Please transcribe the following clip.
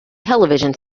television